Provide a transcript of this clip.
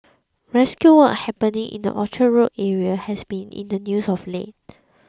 rescue work happening in the Orchard Road area has been in the news of late